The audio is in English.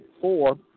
four